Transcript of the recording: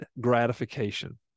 gratification